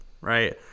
right